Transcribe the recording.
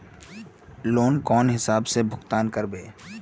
Loan कौन हिसाब से भुगतान करबे?